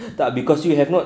tak cause you have not